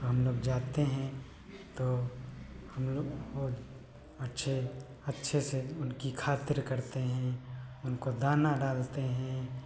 और हम लोग जाते हैं तो हम लोग अच्छे अच्छे से उनकी खातिर करते हैं उनको दाना डालते हैं